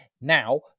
Now